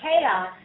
chaos